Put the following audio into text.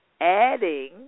adding